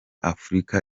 afurika